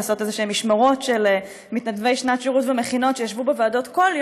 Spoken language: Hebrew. לעשות איזשהן משמרות של מתנדבי שנת שירות ומכינות שישבו בוועדות כל יום,